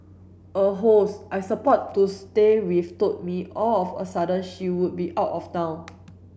a host I support to stay with told me all of a sudden she would be out of town